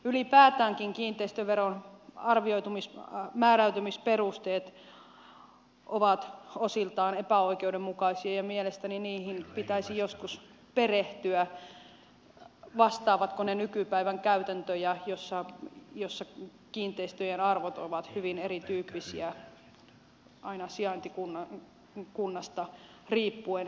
ylipäätäänkin kiinteistöveron määräytymisperusteet ovat osiltaan epäoikeudenmukaisia ja mielestäni niihin pitäisi joskus perehtyä vastaavatko ne nykypäivän käytäntöjä joissa kiinteistöjen arvot ovat hyvin erityyppisiä aina sijaintikunnasta riippuen